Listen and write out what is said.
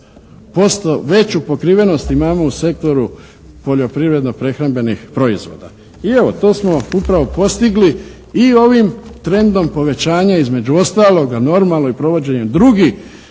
veću pokrivenost imamo u sektoru poljoprivredno-prehrambenih proizvoda. I evo, to smo upravo postigli. I ovim trendom povećanja između ostaloga normalno i provođenjem drugih